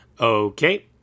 Okay